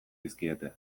dizkiete